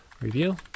review